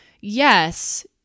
Yes